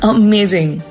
amazing